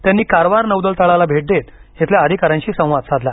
त्यांनी कारवार नौदल तळाला भेट देत इथल्या अधिकाऱ्यांशी संवाद साधला